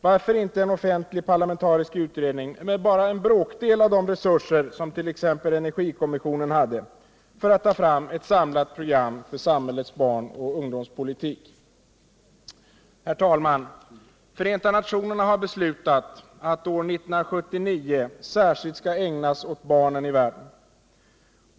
Varför inte tillsätta en offentlig parlamentarisk utredning, med bara en bråkdel av de resurser som t.ex. energikommissionen hade, för att ta fram ett samlat program för samhällets barnoch ungdomspolitik? Herr talman! Förenta nationerna har beslutat att året 1979 särskilt skall ägnas åt barnen i världen.